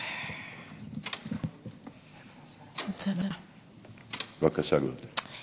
בבקשה, גברתי.